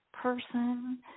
person